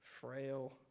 frail